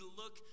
look